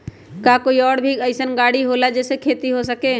का कोई और भी अइसन और गाड़ी होला जे से खेती हो सके?